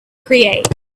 create